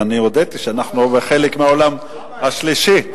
אני הודיתי שאנחנו חלק מהעולם השלישי.